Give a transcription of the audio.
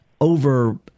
over